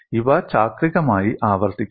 ഇവ ചാക്രികമായി ആവർത്തിക്കുന്നു